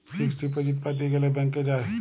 fixed deposit প্যাতে গ্যালে ব্যাংকে যায়